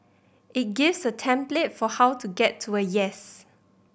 it gives a template for how to get to a yes